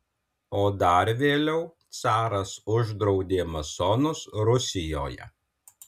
o dar vėliau caras uždraudė masonus rusijoje